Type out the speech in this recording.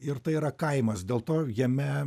ir tai yra kaimas dėl to jame